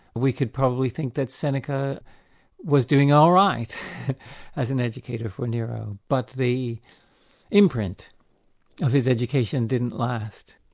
we could probably think that seneca was doing all right as an educator for nero. but the imprint of his education didn't last.